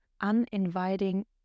uninviting